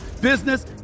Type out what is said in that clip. business